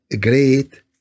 great